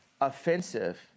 offensive